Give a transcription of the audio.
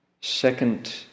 second